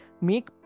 make